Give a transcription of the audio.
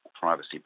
privacy